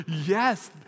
yes